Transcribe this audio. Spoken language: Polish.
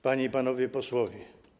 Panie i Panowie Posłowie!